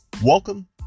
Welcome